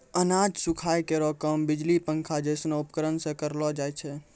अनाज सुखाय केरो काम बिजली पंखा जैसनो उपकरण सें करलो जाय छै?